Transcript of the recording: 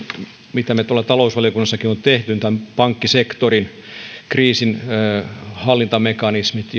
mitä me tuolla talousvaliokunnassakin olemme käsitelleet pankkisektorin kriisinhallintamekanismit